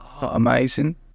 amazing